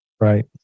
Right